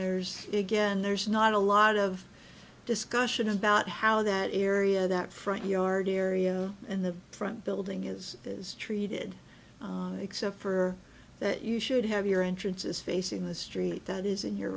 there's again there's not a lot of discussion about how that area that front yard area and the front building is is treated except for that you should have your entrances facing the street that is in your